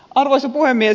arvoisa puhemies